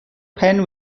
pen